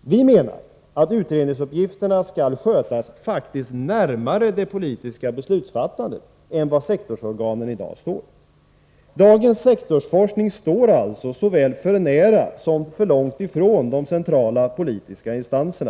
Vi menar att utredningsuppgifterna skall skötas närmare det politiska beslutsfattandet än vad sektorsorganen i dag står. Dagens sektorsforskning står alltså såväl för nära som för långt ifrån de centrala politiska instanserna.